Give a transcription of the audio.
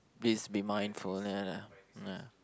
please be mindful like that ya